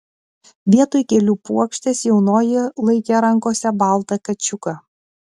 vietoj gėlių puokštės jaunoji laikė rankose baltą kačiuką